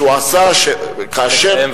זה שהוא עשה, נא לסיים.